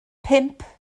pump